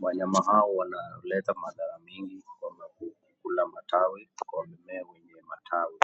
Wanyama hawa wanaleta madhara nyingi kama kukula matawi kwa mimea yenye matawi.